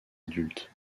adulte